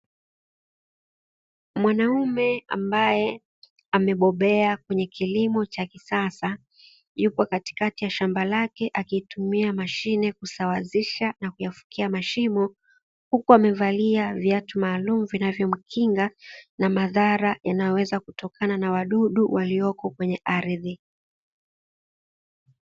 Mwanaume ambaye amebobea kwenye kilimo cha kisasa yupo katikati ya shamba lake akitumia mashine kusawazisha na kuyafikia mashimo huku amevalia viatu maalum vinavyomkinga na madhara yanayoweza kutokana na wadudu walioko kwenye ardhi